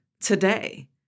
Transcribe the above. today